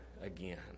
again